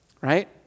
Right